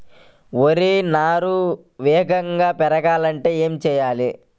వరి నారు వేగంగా పెరగాలంటే ఏమి చెయ్యాలి?